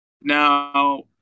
Now